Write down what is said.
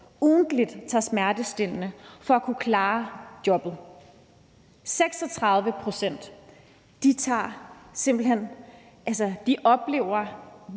ugentligt tager smertestillende medicin for at kunne klare jobbet. 36 pct. oplever